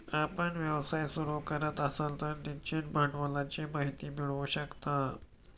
आपण व्यवसाय सुरू करत असाल तर निश्चित भांडवलाची माहिती मिळवू शकता